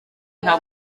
nta